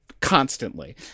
constantly